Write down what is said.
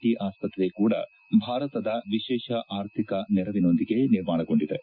T ಆಸ್ಪತ್ರೆ ಕೂಡ ಭಾರತದ ವಿಶೇಷ ಆರ್ಥಿಕ ನೆರವಿನೊಂದಿಗೆ ನಿರ್ಮಾಣಗೊಂಡಿವೆ